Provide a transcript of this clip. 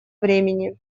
времени